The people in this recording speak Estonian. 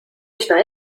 üsna